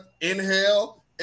inhale